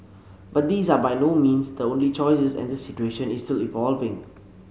but these are by no means the only choices and the situation is still evolving